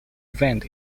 event